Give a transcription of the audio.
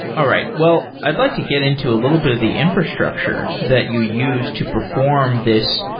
all right, well i'd like to get into a little bit of the infrastructure that you used to perform this